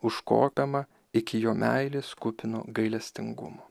užkopiama iki jo meilės kupino gailestingumo